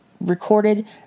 recorded